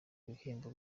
ibihembo